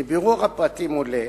מבירור הפרטים עולה